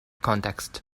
context